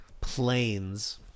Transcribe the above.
planes